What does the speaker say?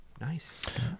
Nice